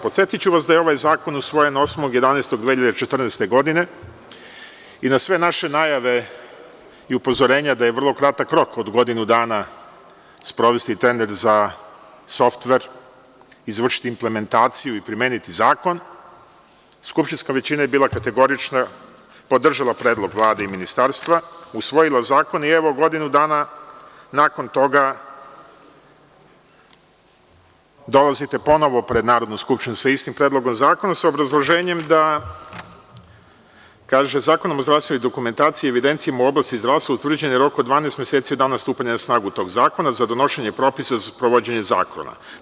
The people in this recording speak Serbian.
Podsetiću vas da je ovaj zakon usvojen 8.11.2014. godine i na sve naše najave i upozorenja da je vrlo kratak rok od godinu dana sprovesti tender za softver, izvršiti implementaciju i primeniti zakon, skupštinska većina je bila kategorična, podržala je predlog Vlade i ministarstva, usvojila zakon i godinu dana nakon toga dolazite ponovo pred Narodnu skupštinu sa istim Predlogom zakona sa obrazloženjem da, kaže – Zakonom o zdravstvenoj dokumentaciji i evidenciji u oblastima zdravstva utvrđen je rok od 12 meseci od dana stupanja na snagu tog zakona za donošenje propisa za sprovođenje zakona.